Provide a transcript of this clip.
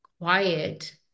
quiet